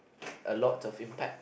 a lot of impact